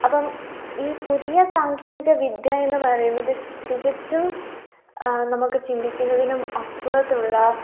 അപ്പം ഈ പുതിയ സാങ്കേതിക വിദ്യ എന്നു പറയുന്നത് തികച്ചും നമുക്ക് ചിന്തിക്കുന്നതിനും അപ്പുറത്തുള്ള